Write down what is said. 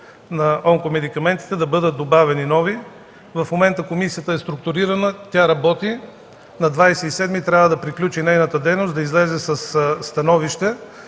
на онкомедикаментите, да бъдат добавени нови. В момента комисията е структурирана, тя работи. На 27 май трябва да приключи нейната дейност, да излезе със становище